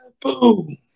Boom